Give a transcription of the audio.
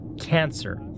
Cancer